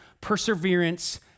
perseverance